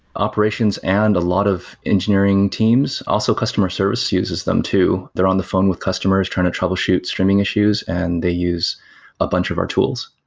operations and a lot of engineering teams. also customer service uses them too. they're on the phone with customers trying to troubleshoot streaming issues and they use a bunch of our tools